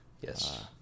Yes